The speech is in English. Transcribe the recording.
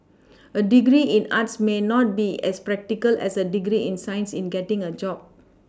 a degree in arts may not be as practical as a degree in science in getting a job